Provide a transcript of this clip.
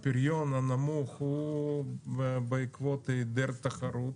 הפריון הנמוך הוא בעקבות היעדר תחרות